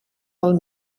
pel